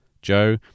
Joe